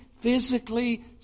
physically